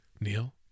Neil